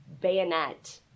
bayonet